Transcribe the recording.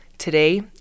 Today